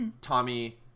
Tommy